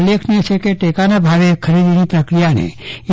ઉલ્લેખનીય છે કે ટેકાના ભાવે ખરીદીની પ્રક્રિયાને એ